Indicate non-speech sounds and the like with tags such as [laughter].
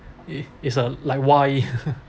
it it's a like why [laughs]